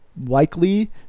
likely